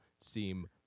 seem